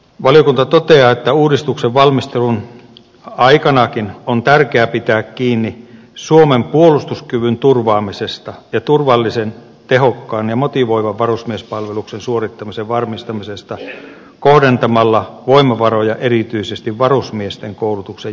valiokunta toteaa että uudistuksen valmistelun aikanakin on tärkeää pitää kiinni suomen puolustuskyvyn turvaamisesta ja turvallisen tehokkaan ja motivoivan varusmiespalveluksen suorittamisen varmistamisesta kohdentamalla voimavaroja erityisesti varusmiesten koulutuksen järjestämiseen